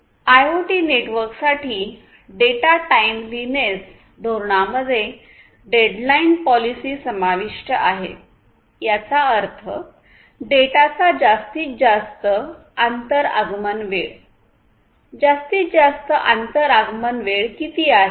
IoT नेटवर्कसाठी data timeliness धोरणांमध्ये deadline policy समाविष्ट आहे याचा अर्थ डेटाचा जास्तीत जास्त आंतर आगमन वेळ जास्तीत जास्त आंतर आगमन वेळ किती आहे